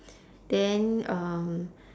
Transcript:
then um